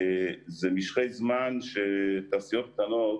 אלה משכי זמן שתעשיות קטנות